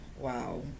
Wow